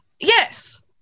yes